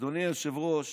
אדוני היושב-ראש